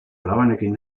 labanekin